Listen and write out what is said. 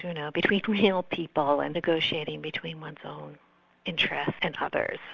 you know, between real people and negotiating between one's own interests and others,